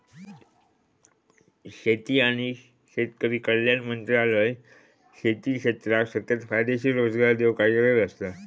शेती आणि शेतकरी कल्याण मंत्रालय शेती क्षेत्राक सतत फायदेशीर रोजगार देऊक कार्यरत असता